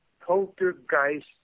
poltergeist